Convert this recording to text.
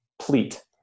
pleat